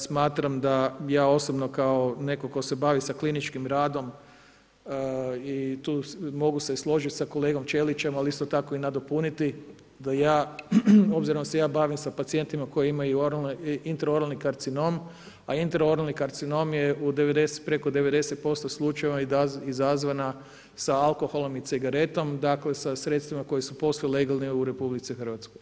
Smatram da ja osobno kao netko tko se bavi sa kliničkim radom i tu mogu se složiti sa kolegom Ćelićem, ali isto tako i nadopuniti da ja, obzirom da se ja bavim sa pacijentima koji imaju intraoralni karcinom, a intraoralni karcinom je u preko 90% slučajeva izazvan sa alkoholom i cigaretom, dakle sa sredstvima koja su posve legalni u RH.